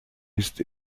ist